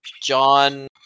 John